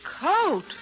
Coat